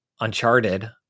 Uncharted